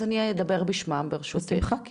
אז אני אדבר בשמם ברשותך.